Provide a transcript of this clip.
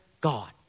God